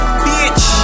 bitch